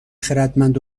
خردمند